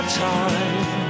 time